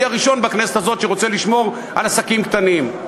אני הראשון בכנסת הזאת שרוצה לשמור על עסקים קטנים.